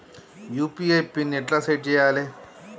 UPI PIN ఎట్లా set చేయాలే?